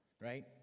right